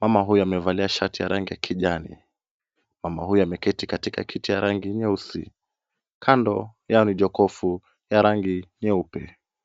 Mama huyu amevalia shati ya rangi ya kijani. Mama huyu ameketi katika kiti ya rangi nyeusi. Kando yao ni jokofu ya rangi nyeupe.